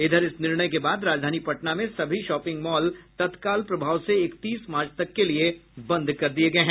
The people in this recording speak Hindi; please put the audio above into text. इधर इस निर्णय के बाद राजधानी पटना में सभी शॉपिंग मॉल तत्काल प्रभाव से इकतीस मार्च तक के लिये बंद कर दिये गये हैं